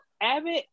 Abbott